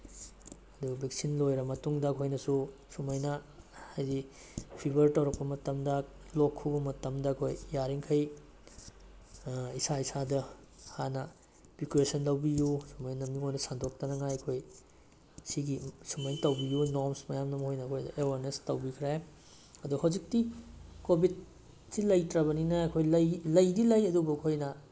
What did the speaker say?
ꯑꯗꯨ ꯚꯦꯛꯁꯤꯟ ꯂꯣꯏꯔ ꯃꯇꯨꯡꯗ ꯑꯩꯈꯣꯏꯅꯁꯨ ꯁꯨꯃꯥꯏꯅ ꯍꯥꯏꯗꯤ ꯐꯤꯕꯔ ꯇꯧꯔꯛꯄ ꯃꯇꯝꯗ ꯂꯣꯛ ꯈꯨꯕ ꯃꯇꯝꯗ ꯑꯩꯈꯣꯏ ꯌꯥꯔꯤꯃꯈꯩ ꯏꯁꯥ ꯏꯁꯥꯗ ꯍꯥꯟꯅ ꯄ꯭ꯔꯤꯀꯣꯏꯁꯟ ꯂꯧꯕꯤꯌꯨ ꯁꯨꯃꯥꯏꯅ ꯃꯤꯉꯣꯟꯗ ꯁꯟꯗꯣꯛꯇꯅꯤꯉꯥꯏ ꯑꯩꯈꯣꯏ ꯁꯤꯒꯤ ꯁꯨꯃꯥꯏꯅ ꯇꯧꯕꯤꯌꯨ ꯅꯣꯝꯁ ꯃꯌꯥꯝꯗꯣ ꯃꯣꯏꯅ ꯑꯩꯈꯣꯏꯗ ꯑꯦꯋꯦꯌꯔꯅꯦꯁ ꯇꯧꯕꯤꯈ꯭ꯔꯦ ꯑꯗꯣ ꯍꯧꯖꯤꯛꯇꯤ ꯀꯣꯚꯤꯠ ꯁꯤ ꯂꯩꯇ꯭ꯔꯕꯅꯤꯅ ꯑꯩꯈꯣꯏ ꯂꯩꯗꯤ ꯂꯩ ꯑꯗꯨꯕꯨ ꯑꯩꯈꯣꯏꯅ